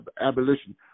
abolition